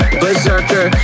berserker